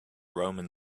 roman